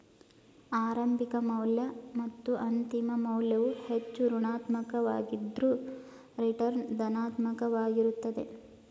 ಆರಂಭಿಕ ಮೌಲ್ಯ ಮತ್ತು ಅಂತಿಮ ಮೌಲ್ಯವು ಹೆಚ್ಚು ಋಣಾತ್ಮಕ ವಾಗಿದ್ದ್ರ ರಿಟರ್ನ್ ಧನಾತ್ಮಕ ವಾಗಿರುತ್ತೆ